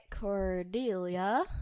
Cordelia